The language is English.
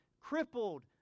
crippled